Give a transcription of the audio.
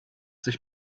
sich